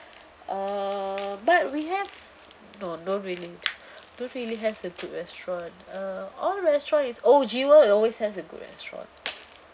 uh but we have no don't really don't really have a good restaurant uh all restaurant is oh jewel always has a good restaurant